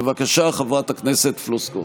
בבקשה, חברת הכנסת פלוסקוב.